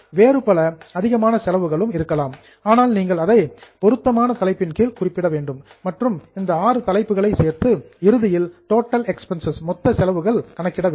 வேறு பல அதிகமான செலவுகளும் இருக்கலாம் ஆனால் நீங்கள் அதை அப்ரோப்ரியேட் பொருத்தமான தலைப்பின்கீழ் குறிப்பிட வேண்டும் மற்றும் இந்த ஆறு தலைப்புகளை சேர்த்து இறுதியில் டோட்டல் எக்ஸ்பென்ஸ்சஸ் மொத்த செலவுகள் கணக்கிட வேண்டும்